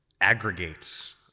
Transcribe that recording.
aggregates